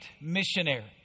missionary